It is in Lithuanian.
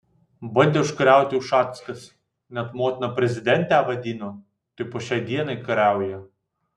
bandė užkariauti ušackas net motina prezidentę vadino tai po šiai dienai kariauja